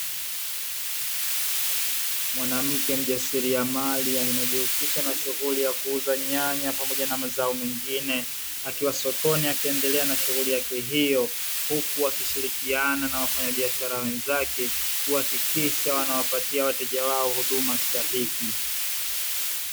Mwanamke mjasiria mali anajihusisha na shughuli ya kuuza nyanya pamoja na mazao mengine, akiwa sokoni akiendelea na shughuli yake hiyo. Huku akishirikiana na wafanya biashara wenzake kuhakikisha wanawapatia wateja wao huduma stahiki.